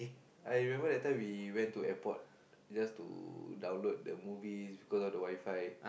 I remember that time we went to airport just to download the movies because of the WiFi